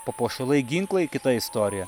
papuošalai ginklai kita istorija